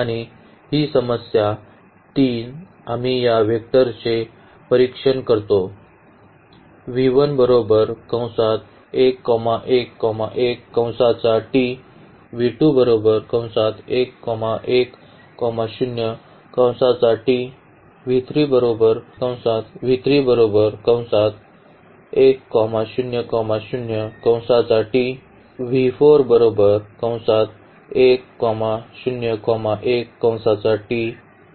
आणि ही समस्या 3 आम्ही या वेक्टरचे परीक्षण करतो